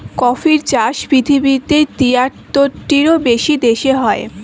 কফির চাষ পৃথিবীতে তিয়াত্তরটিরও বেশি দেশে হয়